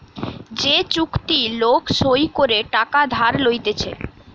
যে চুক্তি লোক সই করে টাকা ধার লইতেছে